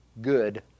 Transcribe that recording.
good